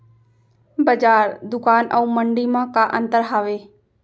बजार, दुकान अऊ मंडी मा का अंतर हावे?